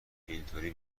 اینطوری